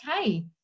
okay